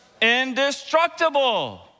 indestructible